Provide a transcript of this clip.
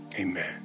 amen